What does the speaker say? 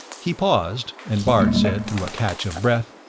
he paused, and bart said through a catch of breath.